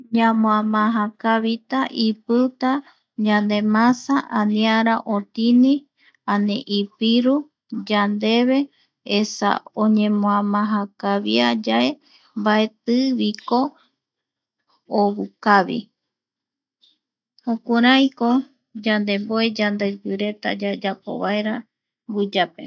Mamoa maja kavita ipiuta, ñande masa aniara otini ani ipiru yandeve esa oñemoamaja kavia yae. Mbaetiviko ovukavi yandeve jokuraiko yandemboe yande ipi reta yayapo guiyape.